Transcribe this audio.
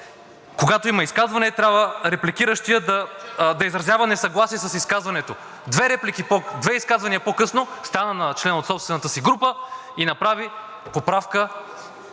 когато има изказване, репликиращият трябва да изразява несъгласие с изказването.“ Две изказвания по-късно стана и на член от собствената си група направи поправка